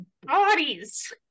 bodies